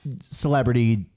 celebrity